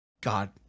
God